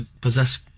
possess